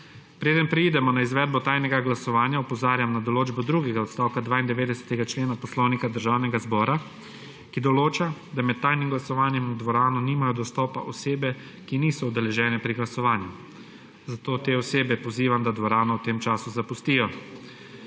Preden preidemo na izvedbo tajnega glasovanja, opozarjam na določbo drugega odstavka 92. člena Poslovnika Državnega zbora, ki določa, da med tajnim glasovanjem v dvorano nimajo dostopa osebe, ki niso udeležene pri glasovanju, zato te osebe pozivam, da dvorano v tem času zapustijo.